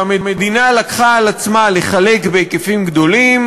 שהמדינה לקחה על עצמה לחלק בהיקפים גדולים,